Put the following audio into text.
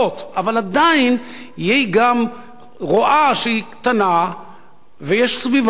אבל עדיין היא גם רואה שהיא קטנה ויש סביבה עמים